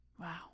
Wow